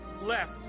left